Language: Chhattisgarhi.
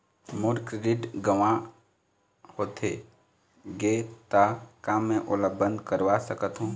मोर क्रेडिट गंवा होथे गे ता का मैं ओला बंद करवा सकथों?